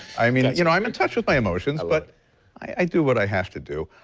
i mean you know i'm in touch with my emotions but i do what i have to do.